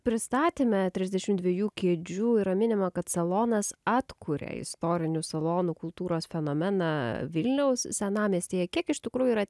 pristatyme trisdešimt dviejų kėdžių yra minima kad salonas atkuria istorinių salonų kultūros fenomeną vilniaus senamiestyje kiek iš tikrųjų yra